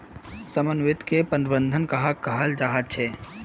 समन्वित किट प्रबंधन कहाक कहाल जाहा झे?